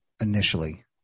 initially